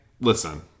listen